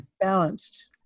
balanced